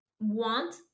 want